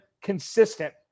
consistent